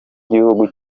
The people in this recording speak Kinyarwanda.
gihugu